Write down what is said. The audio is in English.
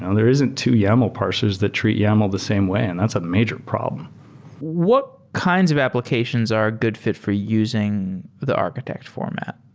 and there isn't two yaml parsers that treat yaml the same way and that's a major problem what kinds of applications are good fi t for using the architect format?